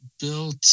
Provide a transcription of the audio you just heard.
built